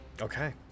Okay